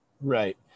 Right